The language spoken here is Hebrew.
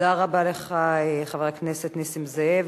תודה רבה לך, חבר הכנסת נסים זאב.